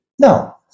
No